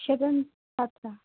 शतं छात्राः